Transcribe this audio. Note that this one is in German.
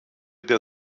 der